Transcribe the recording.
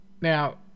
Now